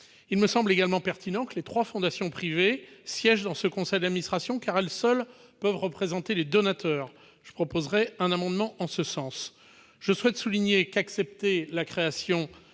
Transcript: Il me semble également pertinent que les trois fondations privées siègent dans ce conseil d'administration, car elles seules peuvent représenter les donateurs. Je proposerai un amendement en ce sens. Je souhaite souligner qu'accepter la création